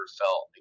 felt